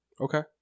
Okay